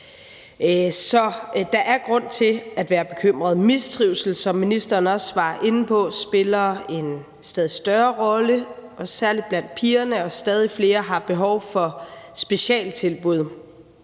Så der er grund til at være bekymret. Mistrivsel, som ministeren også var inde på, spiller en stadig større rolle, særlig blandt pigerne, og stadig flere har behov for specialtilbud.